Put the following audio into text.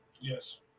Yes